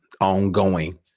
ongoing